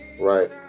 Right